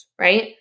right